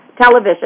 television